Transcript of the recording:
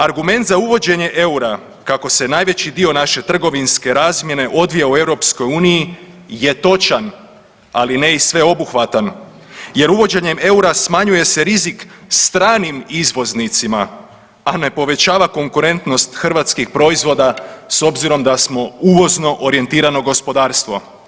Argument za uvođenje eura kako se najveći dio naše trgovinske razmjene odvija u EU je točan, ali ne i sveobuhvatan jer uvođenjem eura smanjuje se rizik stranim izvoznicima, a ne povećava konkurentnost hrvatskih proizvoda s obzirom da smo uvozno orijentirano gospodarstvo.